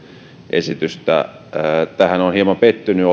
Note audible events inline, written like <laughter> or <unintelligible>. esitystä tähän olen hieman pettynyt <unintelligible>